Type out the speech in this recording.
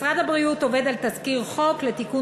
משרד הבריאות עובד על תזכיר חוק לתיקון